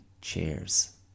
Cheers